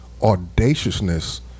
audaciousness